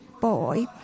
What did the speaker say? boy